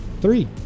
Three